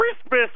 Christmas